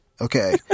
Okay